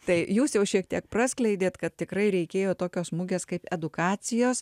tai jūs jau šiek tiek praskleidėt kad tikrai reikėjo tokios mugės kaip edukacijos